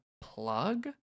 plug